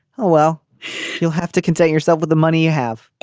oh well you'll have to contain yourself with the money you have